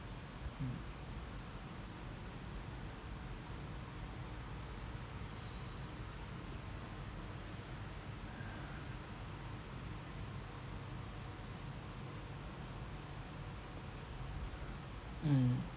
mm mm